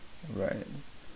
right